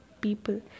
people